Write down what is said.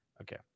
Okay